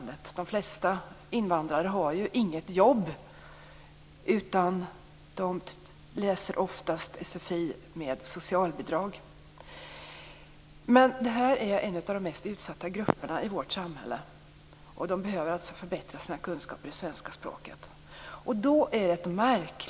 De flesta invandrare har inget jobb, utan de läser oftast sfi med socialbidrag. Det här är en av de mest utsatta grupperna i vårt samhälle, och de behöver förbättra sina kunskaper i svenska språket.